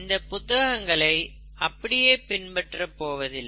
இந்த புத்தகங்களை அப்படியே பின்பற்ற போவதில்லை